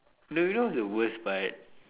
no you know what's the worst part